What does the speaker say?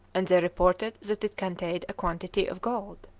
and they reported that it contained a quantity of gold.